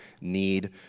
need